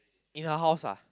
in her house ah